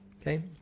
Okay